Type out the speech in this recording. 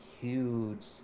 huge